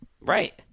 Right